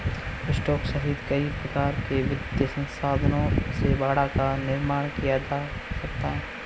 stock सहित कई प्रकार के वित्तीय साधनों से बाड़ा का निर्माण किया जा सकता है